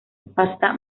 pasta